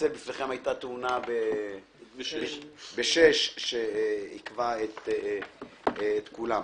הייתה תאונה בכביש 6 שעיכבה את כולם.